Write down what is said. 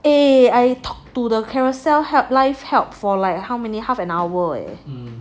a'ah I talk to the Carousell help live help for like how many half an hour